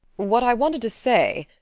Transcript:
what i wanted to say,